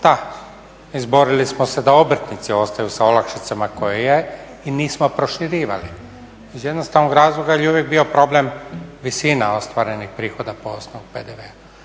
Da, izborili smo se da obrtnici ostaju sa olakšicama koje je i nismo proširivali iz jednostavnog razloga jer je uvijek bio problem visina ostvarenih prihoda po osnovu PDV-a.